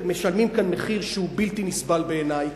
משלמים כאן מחיר שהוא בלתי נסבל בעיני.